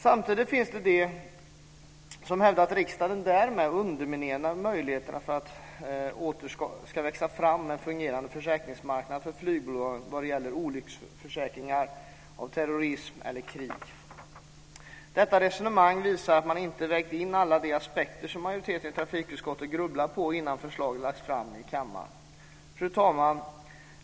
Samtidigt finns det de som hävdar att riksdagen därmed underminerar möjligheten att det åter ska växa fram en fungerande försäkringsmarknad för flygbolag vad gäller olyckor förorsakade av terrorism eller krig. Detta resonemang visar att man inte vägt in alla de aspekter som majoriteten i trafikutskottet grubblat på innan förslaget lagts fram i kammaren. Fru talman!